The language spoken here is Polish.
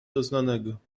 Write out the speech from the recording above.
doznanego